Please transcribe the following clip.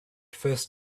first